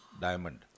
diamond